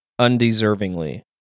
undeservingly